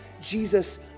Jesus